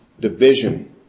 division